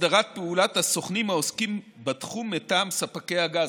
הסדרת פעולת הסוכנים העוסקים בתחום מטעם ספקי הגז,